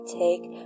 take